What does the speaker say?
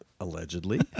allegedly